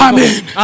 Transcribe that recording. Amen